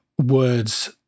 words